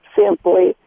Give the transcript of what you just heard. simply